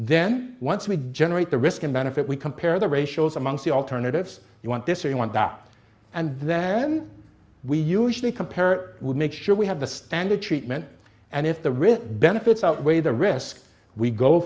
then once we generate the risk and benefit we compare the ratios amongst the alternatives you want this or you want that and then we usually compare would make sure we have a standard treatment and if the risk benefits outweigh the risks we go